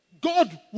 God